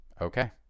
Okay